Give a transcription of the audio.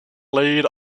laid